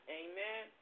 amen